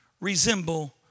resemble